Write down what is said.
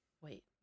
wait